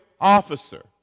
officer